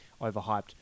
overhyped